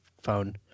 phone